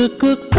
ah cook